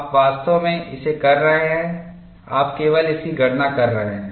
आप वास्तव में इसे कर रहे हैं आप केवल इसकी गणना कर रहे हैं